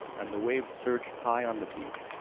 and the waves surged high on the beach.